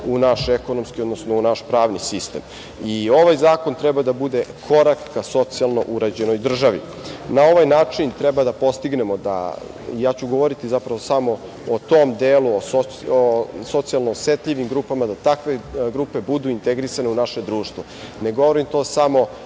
u naš ekonomski, odnosno u naš pravni sistem. Ovaj zakon treba da bude korak ka socijalno uređenoj državi. Na ovaj način treba da postignemo, ja ću govoriti samo o tom delu, o socijalno osetljivim grupama, da takve grupe budu integrisane u naše društvo. Ne govorim to samo